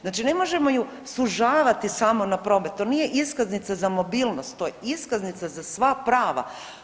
Znači ne možemo ju sužavati samo na promet, to nije iskaznica za mobilnost, to je iskaznica za sva prava.